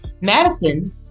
madison